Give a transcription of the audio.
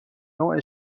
نوع